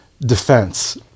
defense